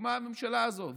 הוקמה הממשלה הזו.